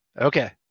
Okay